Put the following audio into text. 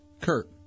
Kurt